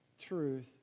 truth